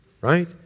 right